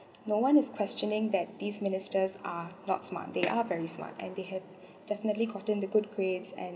no one is questioning that these ministers are not smart they are very smart and they had definitely gotten the good grades and